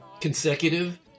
consecutive